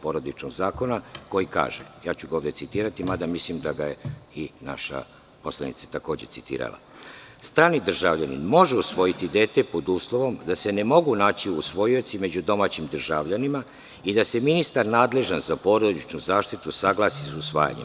Porodičnog zakona koji kaže, ja ću ga citirati, mada mislim da ga je i naša poslanica takođe citirala: „Strani državljanin može usvojiti dete pod uslovom da se ne mogu naći usvojioci među domaćim državljanima i da se ministar nadležan za porodičnu zaštiti saglasi sa usvajanjem.